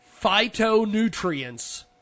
phytonutrients